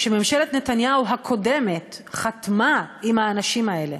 שממשלת נתניהו הקודמת חתמה עם האנשים האלה,